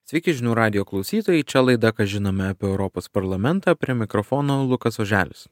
sveiki žinių radijo klausytojai čia laida ką žinome apie europos parlamentą prie mikrofono lukas oželis